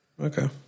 Okay